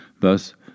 thus